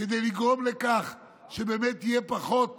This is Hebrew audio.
כדי לגרום לכך שבאמת תהיה פחות